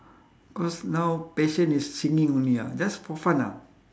cause now passion is singing only ah just for fun ah